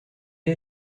est